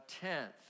tenth